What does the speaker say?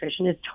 nutritionist